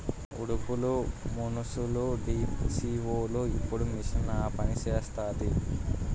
ఉడుపులు మనుసులుడీసీవోలు ఇప్పుడు మిషన్ ఆపనిసేస్తాంది